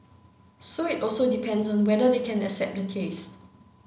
so it also depends on whether they can accept the taste